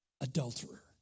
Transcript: Adulterer